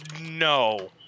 No